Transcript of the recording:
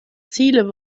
ziele